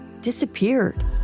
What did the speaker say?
disappeared